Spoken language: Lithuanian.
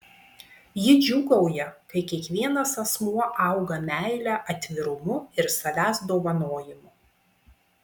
ji džiūgauja kai kiekvienas asmuo auga meile atvirumu ir savęs dovanojimu